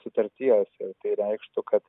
sutarties o tai reikštų kad